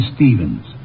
Stevens